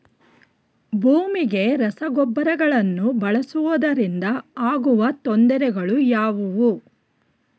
ಭೂಮಿಗೆ ರಸಗೊಬ್ಬರಗಳನ್ನು ಬಳಸುವುದರಿಂದ ಆಗುವ ತೊಂದರೆಗಳು ಯಾವುವು?